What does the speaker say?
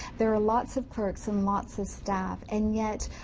there are lots of clerks and lots of staff. and yet,